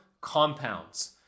compounds